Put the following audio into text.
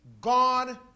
God